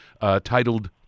titled